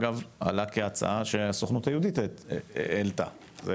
עלתה הצעה שהסוכנות היהודית העלתה,